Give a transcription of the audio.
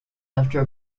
after